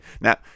Now